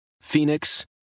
Phoenix